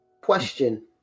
question